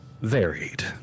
varied